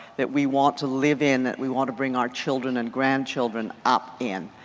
that we want to live in. that we want to bring our children and grandchildren up in